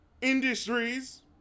industries